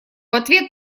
ответ